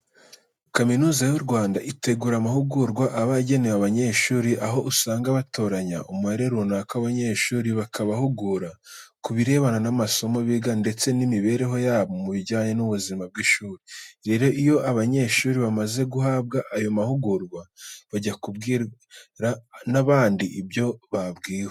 Kaminuza y'u Rwanda itegura amahugurwa aba agenewe abanyeshuri, aho usanga batoranya umubare runaka w'abanyeshuri bakabahugura ku birebana n'amasomo biga ndetse n'imibereho yabo mu bijyanye n'ubuzima bw'ishuri. Rero, iyo aba banyeshuri bamaze guhabwa aya mahugurwa bajya kubwira n'abandi ibyo babwiwe.